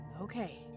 Okay